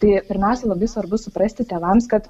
tai pirmiausiai labai svarbu suprasti tėvams kad